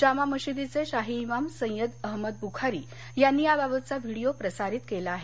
जामा मशिदीचे शाही इमाम सय्यद अहमद बूखारी यांनी या बाबतचा व्हिडीओ प्रसारित केला आहे